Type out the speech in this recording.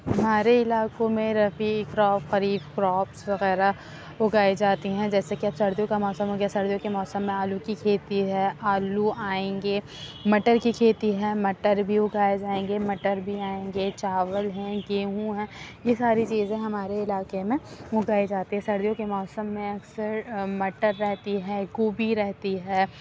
ہمارے علاقوں میں ربی کراپ خریف کراپس وغیرہ اگائی جاتی ہیں جیسے کہ سردیوں کا موسم ہو گیا سردیوں کے موسم میں آلو کی کھیتی ہے آلو آئیں گے مٹر کی کھیتی ہے مٹر بھی اگائے جائیں گے مٹر بھی آئیں گے چاول ہیں گیہوں ہیں یہ ساری چیزیں ہمارے علاقے میں اگائے جاتے ہیں سردیوں کے موسم میں اکثر مٹر رہتی ہے گوبھی رہتی ہے